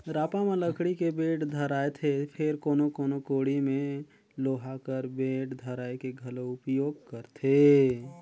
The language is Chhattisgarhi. रापा म लकड़ी के बेठ धराएथे फेर कोनो कोनो कोड़ी मे लोहा कर बेठ धराए के घलो उपियोग करथे